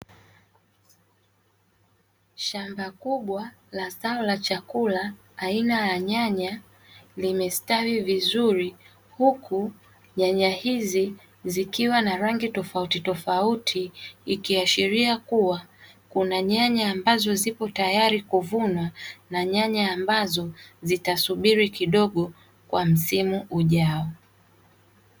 Shamba kubwa la zao la chakula aina ya nyanya limestawi vizuri, huku nyanya hizi zikiwa na rangi tofautitofauti, ikiashiria kuwa kuna nyanya ambazo zipo tayari kuvunwa, na nyanya ambazo zitasubiri kidogo kwa msimu ujao.